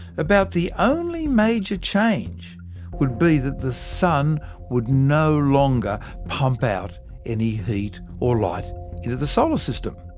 about the only major change would be that the sun would no longer pump out any heat or light into the solar system.